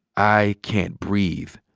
i can't breath,